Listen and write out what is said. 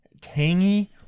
tangy